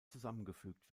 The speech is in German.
zusammengefügt